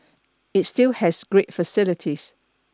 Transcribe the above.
it still has great facilities